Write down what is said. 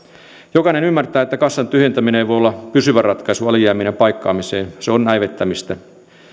jokainen ymmärtää että kassan tyhjentäminen ei voi olla pysyvä ratkaisu alijäämien paikkaamiseen se on näivettämistä